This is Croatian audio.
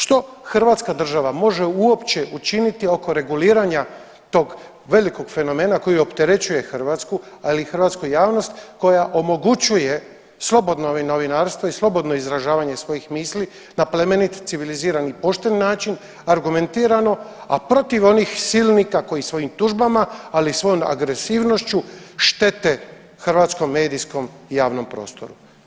Što Hrvatska država može uopće učiniti oko reguliranja tog velikog fenomena koji opterećuje Hrvatsku ali i hrvatsku javnost koja omogućuje slobodno novinarstvo i slobodno izražavanje svojih misli na plemenit, civiliziran i pošten način argumentirano, a protiv onih silnika koji svojim tužbama ali i svojom agresivnošću štete hrvatskom medijskom javnom prostoru?